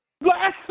Last